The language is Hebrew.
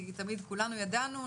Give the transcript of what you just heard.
כי תמיד כולנו ידענו,